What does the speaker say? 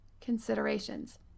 considerations